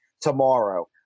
tomorrow